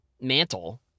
mantle